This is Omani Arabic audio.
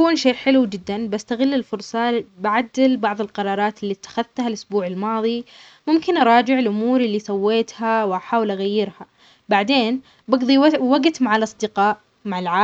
أول شيء راح أستخدم الفرصة لتصحيح أي أخطاء أو قرارات ما كانت صحيحة. بحاول أغير بعض الخطط أو أركز أكثر على الأشياء